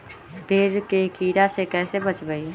पेड़ के कीड़ा से कैसे बचबई?